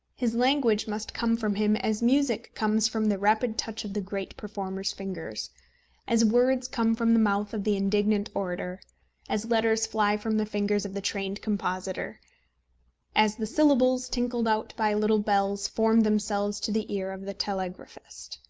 his language must come from him as music comes from the rapid touch of the great performer's fingers as words come from the mouth of the indignant orator as letters fly from the fingers of the trained compositor as the syllables tinkled out by little bells form themselves to the ear of the telegraphist.